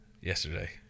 Yesterday